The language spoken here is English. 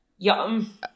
Yum